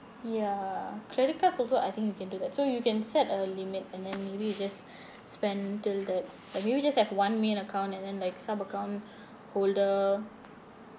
ya credit cards also I think you can do that so you can set a limit and then maybe you just spend till that like you just have one main account and then like sub account holder